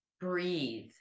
breathe